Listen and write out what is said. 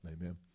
Amen